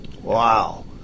Wow